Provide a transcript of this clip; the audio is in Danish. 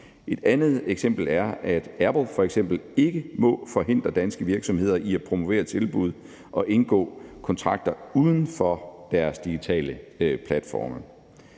Et andet eksempel er, at Apple ikke må forhindre danske virksomheder i at promovere tilbud og indgå kontrakter uden for deres digitale platforme.